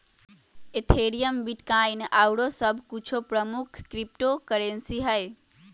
Ethereum, Bitcoin आउरो सभ कुछो प्रमुख क्रिप्टो करेंसी हइ